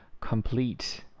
Complete